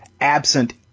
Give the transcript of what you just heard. absent